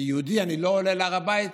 כיהודי אני לא עולה להר הבית,